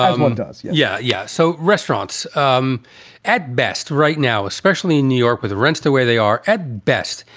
um one does. yeah. yeah yeah. so restaurants um at best right now, especially in new york with rents the way they are at best,